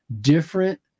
different